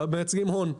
הם מייצגים הון.